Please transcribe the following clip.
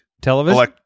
Television